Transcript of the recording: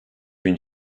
bin